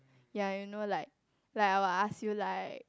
ya you know like like I will ask you like